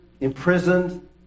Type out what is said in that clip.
imprisoned